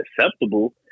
acceptable